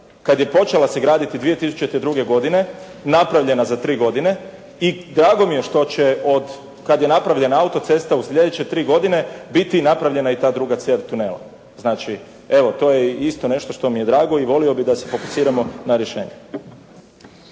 kada je počela se graditi 2002. godine napravljena za tri godine i drago mi je što će od kada je napravljena autocesta u sljedeće tri godine biti napravljena i ta druga cijev tunela. Znači, evo to je isto nešto što mi je drago i volio bih da se fokusiramo na rješenje.